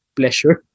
pleasure